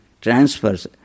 transfers